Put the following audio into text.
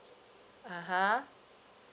(uh huh)